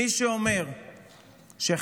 מי שאומר שחמאס,